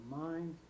mind